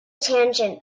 tangent